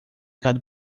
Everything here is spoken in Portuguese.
gado